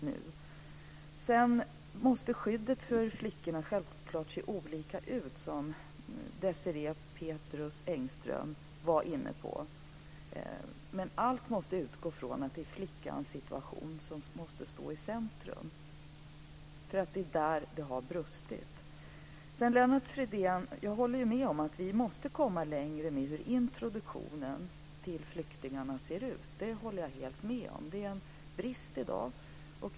Vidare måste självklart insatserna för att skydda flickorna se olika ut, såsom Désirée Pethrus Engström var inne på, men i allt detta måste flickans situation stå i centrum. Det är där som det har brustit. Lennart Fridén! Jag håller med om att vi nu måste komma längre i introduktionen av flyktingarna. Det finns i dag en brist i det avseendet.